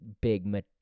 big